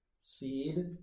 seed